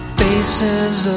faces